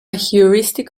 heuristic